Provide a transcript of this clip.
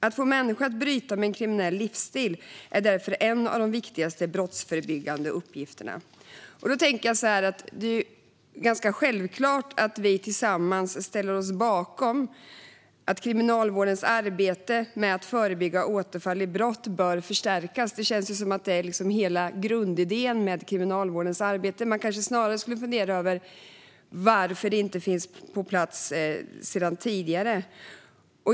Att få människor att bryta med en kriminell livsstil är därför en av de viktigaste brottsförebyggande uppgifterna. Det är självklart att vi tillsammans ställer oss bakom att Kriminalvårdens arbete med att förebygga återfall i brott bör förstärkas. Det känns som att det är hela grundidén med Kriminalvårdens arbete. Men man kanske snarare skulle fundera över varför det arbetet inte finns på plats sedan tidigare.